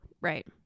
Right